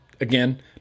again